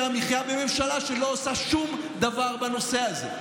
המחיה בממשלה שלא עושה שום דבר בנושא הזה.